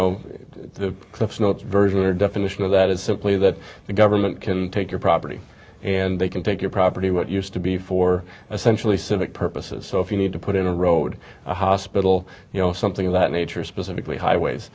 notes version or definition of that is simply that the government can take your property and they can take your property what used to be for essentially civic purposes so if you need to put in a road a hospital you know something of that nature specifically highways